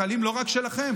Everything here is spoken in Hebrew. החיילים לא רק שלכם.